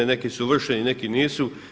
Neki su vršeni, neki nisu.